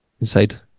Inside